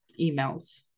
emails